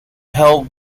held